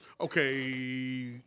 Okay